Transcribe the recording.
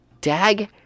Dag